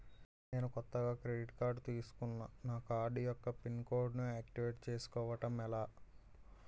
నేను కొత్తగా credit card తిస్కున్నా నా కార్డ్ యెక్క పిన్ కోడ్ ను ఆక్టివేట్ చేసుకోవటం ఎలా?